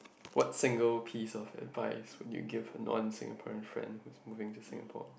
what single piece of advice would you give to non Singaporean friend who is moving to Singapore